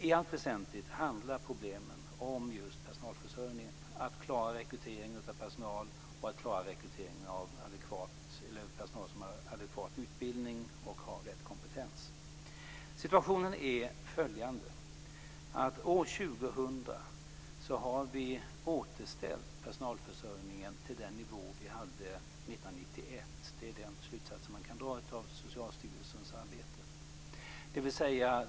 I allt väsentligt handlar problemen om just personalförsörjningen, att klara rekryteringen av personal, rekryteringen av personal som har adekvat utbildning och rätt kompetens. Situationen är sådan att år 2000 har vi återställt personalförsörjningen till den nivå som vi hade 1991. Det är den slutsatsen man kan dra av Socialstyrelsens arbete.